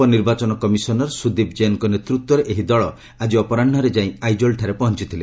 ଉପନିର୍ବାଚନ କମିଶନର ସୁଦୀପ କୈନଙ୍କ ନେତୃତ୍ୱରେ ଏହି ଦଳ ଆଜି ଅପରାହ୍ୱରେ ଯାଇ ଆଇଜଲଠାରେ ପହଞ୍ଚିଥିଲେ